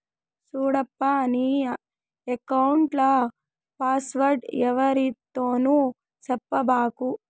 సూడప్పా, నీ ఎక్కౌంట్ల పాస్వర్డ్ ఎవ్వరితోనూ సెప్పబాకు